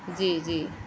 جی جی